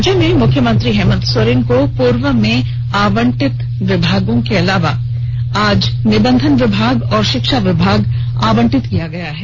झारखंड के मुख्यमंत्री हेमंत सोरेन को पूर्व में आवंटित विभागों के अलावा आज निबंधन विभाग और शिक्षा विभाग आवंटित किया गया है